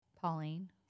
Pauline